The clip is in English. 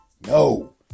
No